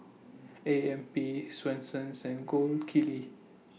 A M P Swensens and Gold Kili